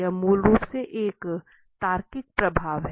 यह मूल रूप से एक तार्किक प्रवाह है